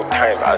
time